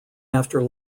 after